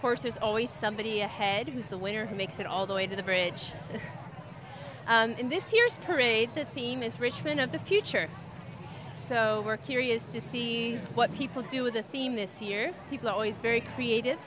course there's always somebody ahead who's the winner who makes it all the way to the bridge in this year's parade the theme is richmond of the future so we're curious to see what people do with the theme this year people are always very creative